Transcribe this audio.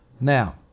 Now